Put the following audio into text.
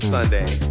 Sunday